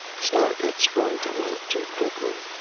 stark had sprung to life too quickly.